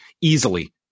easily